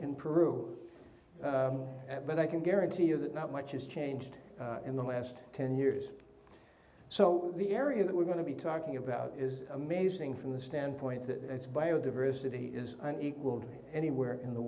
in peru but i can guarantee you that not much has changed in the last ten years so the area that we're going to be talking about is amazing from the standpoint that it's biodiversity is unequalled anywhere in the